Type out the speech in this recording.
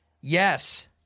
Yes